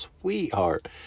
sweetheart